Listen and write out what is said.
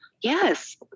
yes